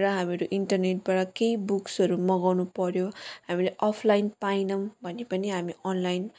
र हामीहरू इन्टरनेटबाट केही बुक्सहरू मगाउनु पर्यो हामीले अफलाइन पाएनौँ भने पनि हामी अनलाइन